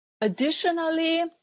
Additionally